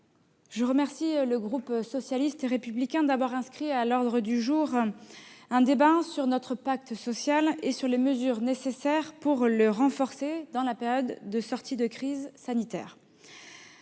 je remercie le groupe socialiste et républicain d'avoir inscrit à l'ordre du jour de la Haute Assemblée un débat sur notre pacte social et sur les mesures nécessaires pour le renforcer dans la période de sortie de crise sanitaire.